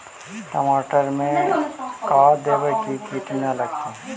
टमाटर में का देबै कि किट न लगतै?